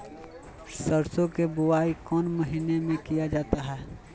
सरसो की बोआई कौन महीने में किया जाता है?